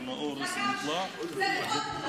לגב, לגב.